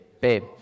babe